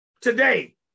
Today